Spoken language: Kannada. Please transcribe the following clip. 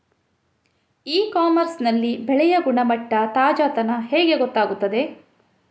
ಇ ಕಾಮರ್ಸ್ ನಲ್ಲಿ ಬೆಳೆಯ ಗುಣಮಟ್ಟ, ತಾಜಾತನ ಹೇಗೆ ಗೊತ್ತಾಗುತ್ತದೆ?